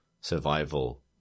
survival